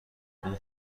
اون